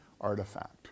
artifact